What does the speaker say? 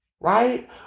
right